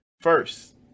First